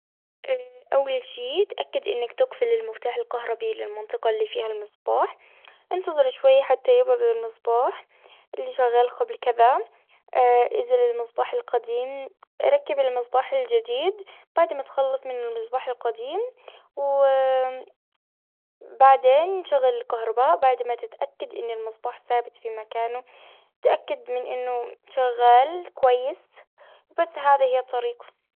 أول شي تأكد إنك تقفل المفتاح الكهربي، للمنطقة اللي فيها المصباح. إنتظر شوي، حتى يبرد المصباح اللي شغال قبل كذا. إذا المصباح القديم- ركب المصباح الجديد، بعد ما تخلص من المصباح القديم. و بعدين شغل الكهربا، بعد ما تتأكد إن المصباح ثابت في مكانه، تأكد من أنه شغال كويس. بس هذي هي الطريقة.